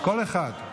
כל אחד.